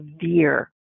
severe